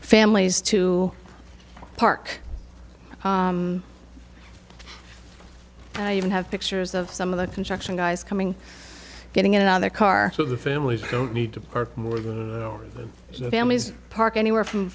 families to park and i even have pictures of some of the construction guys coming getting in another car so the families don't need to park more than the families park anywhere from